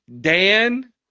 Dan